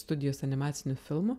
studijos animacinių filmų